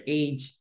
age